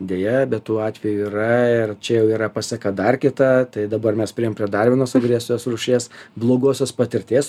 deja be tų atvejų yra ir čia jau yra paseka dar kita tai dabar mes priėjom prie dar vienos agresijos rūšies blogosios patirties